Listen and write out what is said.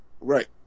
Right